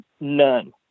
none